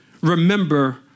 remember